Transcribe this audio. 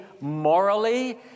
morally